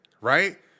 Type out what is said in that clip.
right